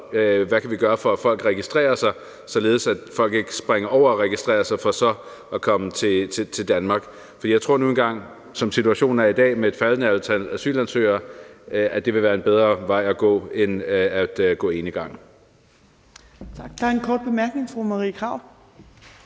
Hvad kan vi gøre, for at folk kan registrere sig, således at folk ikke springer over at registrere sig for så at komme til Danmark? For jeg tror nu engang, at som situationen er i dag med et faldende antal asylansøgere, vil det være en bedre vej at gå end at gå enegang.